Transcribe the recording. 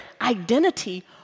identity